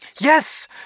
Yes